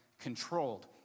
controlled